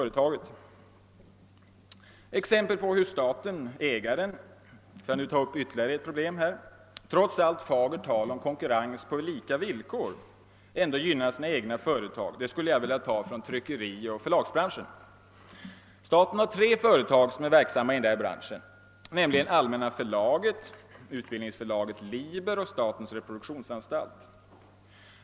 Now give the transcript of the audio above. Exempel på hur staten-ägaren, för att nu ta upp ytterligare ett problem, trots allt fagert tal om konkurrens på lika villkor gynnar sina egna företag skulle jag vilja hämta från tryckerioch förlagsbranschen. Staten har tre företag som är verksamma i denna bransch, nämligen Allmänna förlaget, Utbildningsförlaget Liber och statens reproduktionsanstalt.